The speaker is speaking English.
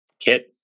kit